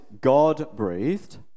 God-breathed